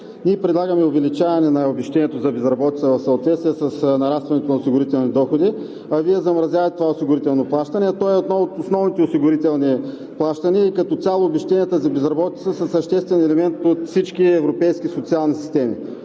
Ние предлагаме увеличаване на обезщетението за безработица в съответствие с нарастването на осигурителните доходи, а Вие замразявате това осигурително плащане. То е едно от основните осигурителни плащания и като цяло обезщетенията за безработица са съществен елемент от всички европейски социални системи.